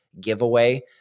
giveaway